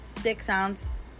six-ounce